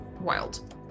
wild